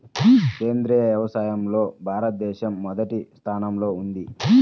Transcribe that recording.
సేంద్రీయ వ్యవసాయంలో భారతదేశం మొదటి స్థానంలో ఉంది